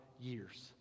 years